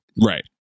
Right